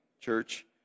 church